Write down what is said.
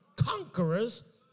conquerors